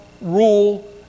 rule